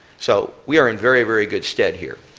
so we are in very very good stead here.